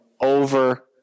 over